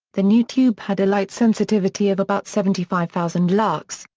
the new tube had a light sensitivity of about seventy five thousand lux,